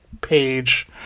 page